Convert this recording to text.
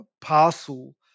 parcel